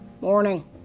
Morning